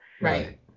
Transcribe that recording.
right